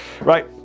Right